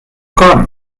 corn